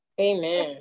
amen